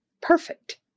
Perfect